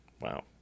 wow